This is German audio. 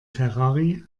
ferrari